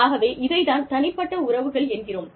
ஆகவே இதைத் தான் தனிப்பட்ட உறவுகள் என்கிறோம்